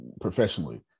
professionally